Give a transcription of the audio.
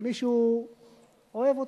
כשמישהו אוהב אותך,